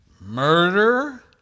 murder